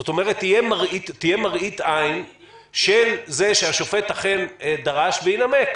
זאת אומרת שתהיה מראית עין של זה שהשופט אכן דרש ונימק,